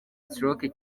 stroke